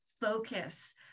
focus